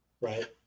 right